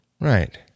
Right